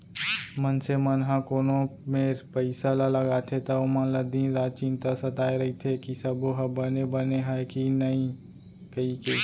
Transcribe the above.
मनसे मन ह कोनो मेर पइसा ल लगाथे त ओमन ल दिन रात चिंता सताय रइथे कि सबो ह बने बने हय कि नइए कइके